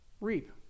reap